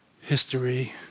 history